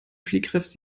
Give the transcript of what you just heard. fliehkräfte